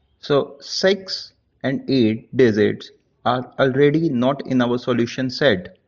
so six and eight digits are already not in our solution set,